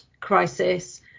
crisis